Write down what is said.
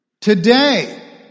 Today